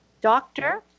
doctor